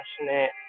passionate